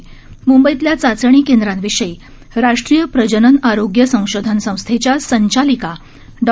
म्ंबईतल्या चाचणी केंद्राविषयी राष्ट्रीय प्रजनन आरोग्य संशोधन संस्थेच्या संचालिका डॉ